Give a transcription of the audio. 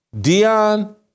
Dion